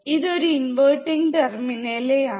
ഇതൊരു ഇൻവെർട്ടിങ് ടെർമിനേലാണ്